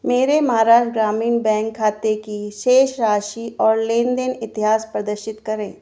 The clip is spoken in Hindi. मेरे महाराष्ट्र ग्रामीण बैंक खाते की शेष राशि और लेन देन इतिहास प्रदर्शित करें